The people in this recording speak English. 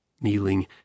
Kneeling